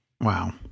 Wow